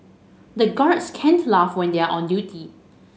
the guards can't laugh when they are on duty